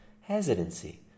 Hesitancy